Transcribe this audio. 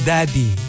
Daddy